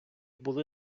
були